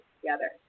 together